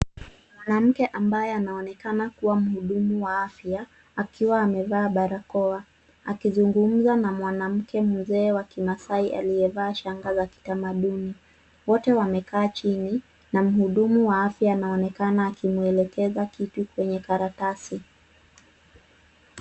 Mwanamke ambaye anaonekana kua mhudumu wa afya akiwa amevaa barakoa akizungumza na mwanamke mzee wa kimasaai aliyevaa shanga la kitamaduni wote wamekaa chini na mhudumu wa afya anaonekana akimwelekeza kitu kwenye kijikaratasi.